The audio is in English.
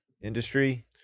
industry